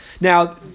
Now